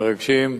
מרגשים.